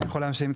אני יכול להשלים?